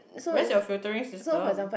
where's your filtering system